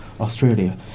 Australia